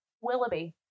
Willoughby